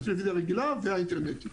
בטלוויזיה הרגילה והאינטרנטית.